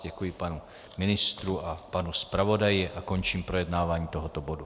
Děkuji panu ministru a panu zpravodaji a končím projednávání tohoto bodu.